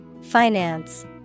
Finance